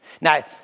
Now